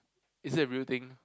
is it a real thing